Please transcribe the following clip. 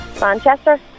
Manchester